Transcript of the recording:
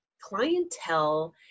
clientele